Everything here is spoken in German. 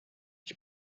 ich